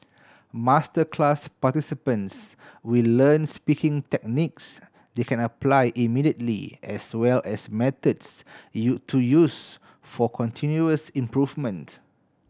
masterclass participants will learn speaking techniques they can apply immediately as well as methods U to use for continuous improvement